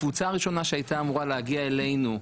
הקבוצה הראשונה שהייתה אמורה להגיע אלינו,